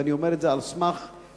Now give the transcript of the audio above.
ואני אומר את זה על סמך מידע,